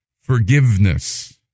forgiveness